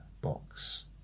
box